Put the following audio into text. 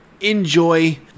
enjoy